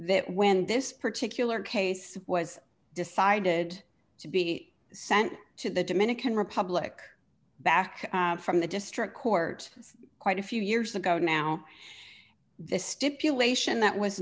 that when this particular case was decided to be sent to the dominican republic back from the district court quite a few years ago now the stipulation that was